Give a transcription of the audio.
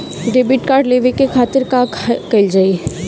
Debit card लेवे के खातिर का कइल जाइ?